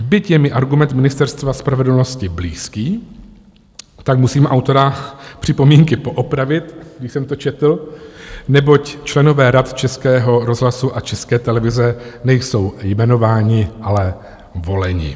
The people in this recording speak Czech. Byť je mi argument Ministerstva spravedlnosti blízký, tak musím autora připomínky poopravit, když jsem to četl, neboť členové Rad Českého rozhlasu a České televize nejsou jmenováni, ale voleni.